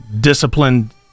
disciplined